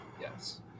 Yes